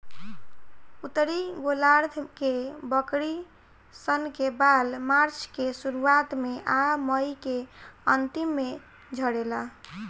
उत्तरी गोलार्ध के बकरी सन के बाल मार्च के शुरुआत में आ मई के अन्तिम में झड़ेला